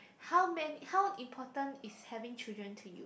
how many how important is having children to you